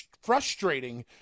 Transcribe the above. frustrating